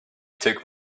took